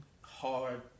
hard